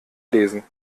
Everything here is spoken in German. lesen